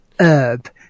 Herb